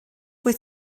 wyt